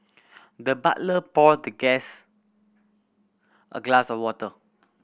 the butler poured the guest a glass of water